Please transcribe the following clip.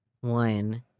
one